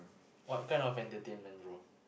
what kind of entertainment bro